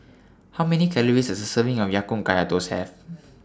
How Many Calories Does A Serving of Ya Kun Kaya Toast Have